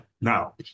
now